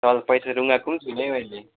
तपाईँलाई पैसा रुङाएको पनि छुइनँ है मैले